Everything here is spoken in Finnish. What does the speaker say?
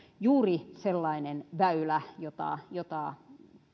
juuri sellainen väylä jota jota